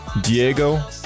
Diego